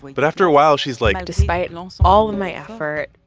but after a while, she's like. despite and all so all of my effort.